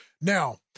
now